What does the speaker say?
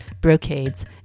brocades